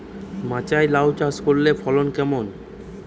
মাচায় লাউ চাষ করলে ফলন কেমন?